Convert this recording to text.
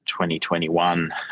2021